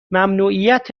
ممنوعیت